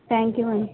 thank you అండి